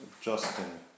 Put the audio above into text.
Justin